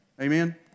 Amen